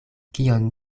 kion